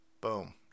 Boom